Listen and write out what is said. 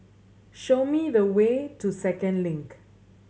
show me the way to Second Link